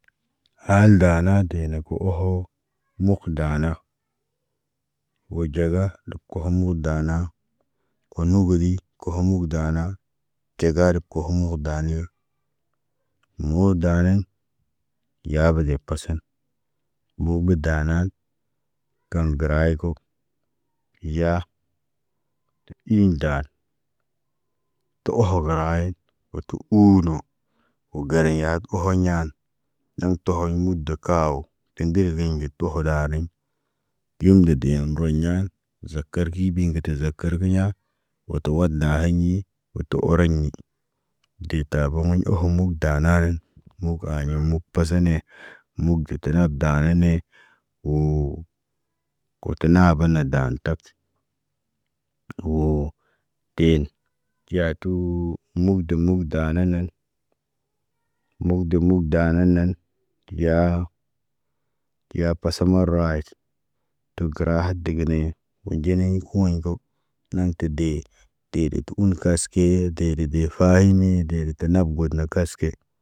Aa ndana de nə kə oho, mukh dana. Wo ɟala ɗa kohum mudana. O nubudi, koohom nak dana. Tegada kohum mukh daniye. Muudani, yaabəde pasen, mbogo daana, kaŋg gərayiko. Yaa, tə in dan. To oho gərayin, wo tu uunu. Wo gariɲat oho ɲaan, nɟaŋg tohoɲ muda kaawo, teŋge reɲ de toho ɗaniŋg. Diim nde, roɲa, zakir gi biɲ gatə zakarkiɲa. Wo to wada haɲi, wo to oroɲi. Detabo humiɲ ohok muk dananin, muk aɲe muk pasane, muk ɟete nab daanane. Woo, koto na ban na daan tak. Woo, teen; teya tuu, mukdum muk dananen. Mukdu mukdananen, tiya, tiya pasa marawaay. Tə kəra hadegene, woɟene kuwenku. Naŋg te de, dee də tə uŋg kaskee de de faayini de de fayinii, de de nab got na kaske.